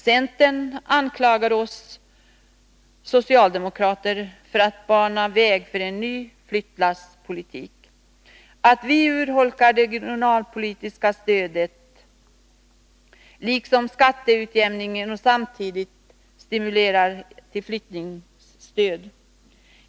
Centern anklagar oss socialdemokrater för att bana väg för en ny flyttlasspolitik, för att urholka det regionalpolitiska stödet liksom skatteutjämningen och samtidigt stimulera flyttningsstödet.